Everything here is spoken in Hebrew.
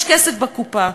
יש כסף בקופה,